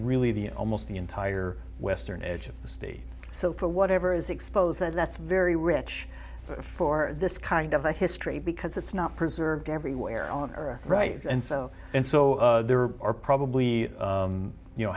really the almost the entire western edge of the state so for whatever is exposed that's very rich for this kind of a history because it's not preserved everywhere on earth right and so and so there are probably you know